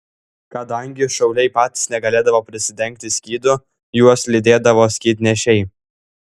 kadangi šauliai patys negalėdavo prisidengti skydu juos lydėdavo skydnešiai